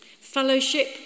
Fellowship